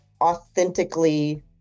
authentically